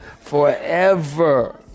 Forever